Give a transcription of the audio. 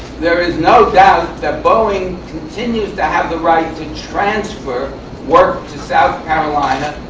there is no doubt that boeing continues to have the right to transfer work to south carolina.